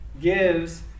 gives